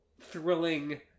thrilling